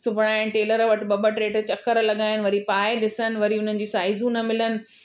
सिबाइनि tailor वटि ॿ ॿ टे टे चक्कर लॻाइनि वरी पाए ॾिसनि वरी उन्हनि जूं साइज़ूं न मिलनि